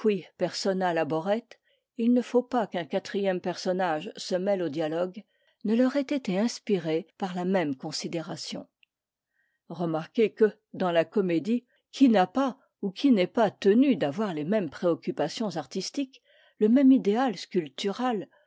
laboret il ne faut pas qu'un quatrième personnage se mêle au dialogue ne leur ait été inspirée par la même considération remarquez que dans la comédie qui n'a pas ou qui n'est pas tenue d'avoir les mêmes préoccupations artistiques le même idéal